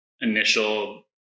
initial